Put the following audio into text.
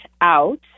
out